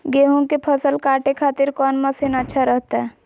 गेहूं के फसल काटे खातिर कौन मसीन अच्छा रहतय?